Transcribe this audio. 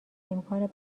امکان